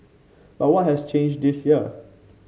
but what has changed this year